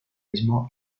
mismo